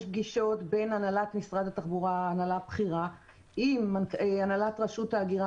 יש פגישות של הנהלת משרד התחבורה עם הנהלת רשות ההגירה